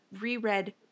reread